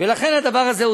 ולכן הדבר הזה הוא